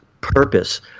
purpose